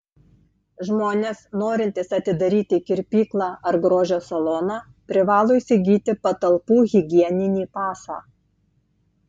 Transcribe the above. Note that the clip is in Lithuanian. žmonės norintys atidaryti kirpyklą ar grožio saloną privalo įsigyti patalpų higieninį pasą